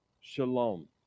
Shalom